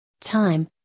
time